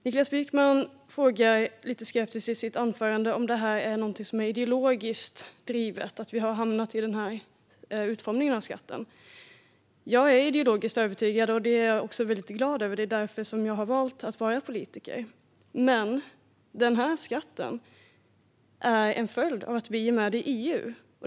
Niklas Wykman frågar lite skeptiskt i sitt anförande om det är ideologiskt drivet att vi har gett skatten denna utformning. Jag är ideologiskt övertygad, och det är jag också glad över. Det är därför som jag har valt att vara politiker. Men skatten är en följd av att vi är med i EU.